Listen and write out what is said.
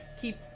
keep